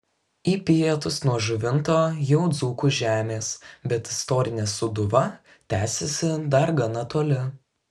į pietus nuo žuvinto jau dzūkų žemės bet istorinė sūduva tęsiasi dar gana toli